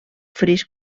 fris